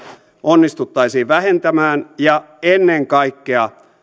onnistuttaisiin vähentämään ja ennen kaikkea